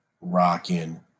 rocking